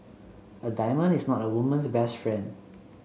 a diamond is not a woman's best friend